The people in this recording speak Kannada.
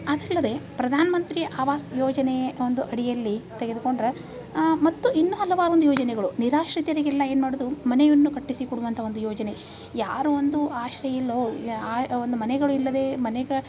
ಅದಲ್ಲದೆ ಪ್ರಧಾನಮಂತ್ರಿ ಆವಾಸ್ ಯೋಜನೆ ಒಂದು ಅಡಿಯಲ್ಲಿ ತೆಗೆದುಕೊಂದರೆ ಮತ್ತು ಇನ್ನೂ ಹಲವಾರು ಒಂದು ಯೋಜನೆಗಳು ನಿರಾಶ್ರಿತರಿಗೆಲ್ಲ ಏನು ಮಾಡುವುದು ಮನೆಯನ್ನು ಕಟ್ಟಿಸಿ ಕೊಡುವಂತಹ ಒಂದು ಯೋಜನೆ ಯಾರು ಒಂದು ಆಶ್ರಯ ಇಲ್ವೋ ಒಂದು ಮನೆಗಳು ಇಲ್ಲದೆ ಮನೆಗೆ